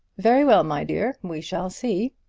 very well, my dear, we shall see.